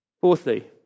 Fourthly